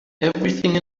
everything